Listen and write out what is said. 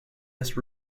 asked